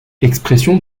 expression